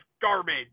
garbage